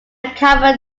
common